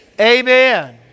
Amen